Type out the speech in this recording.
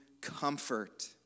comfort